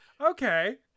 Okay